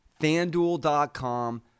FanDuel.com